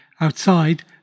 outside